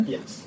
Yes